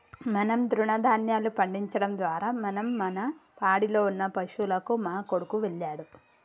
మనం తృణదాన్యాలు పండించడం ద్వారా మనం మన పాడిలో ఉన్న పశువులకు మా కొడుకు వెళ్ళాడు